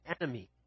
enemy